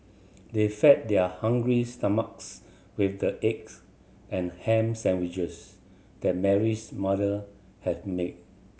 they fed their hungry stomachs with the eggs and ham sandwiches that Mary's mother had made